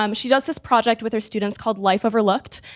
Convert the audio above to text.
um she does this project with her students called life overlooked,